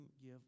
give